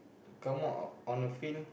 come on out on the field